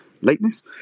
lateness